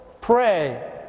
Pray